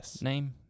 name